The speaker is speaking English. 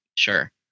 sure